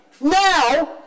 Now